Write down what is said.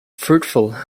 fruitful